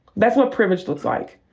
that's what privilege looks like.